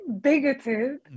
bigoted